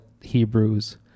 Hebrews